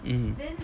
mm